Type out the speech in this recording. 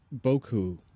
Boku